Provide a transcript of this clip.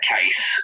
case